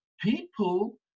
People